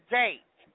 date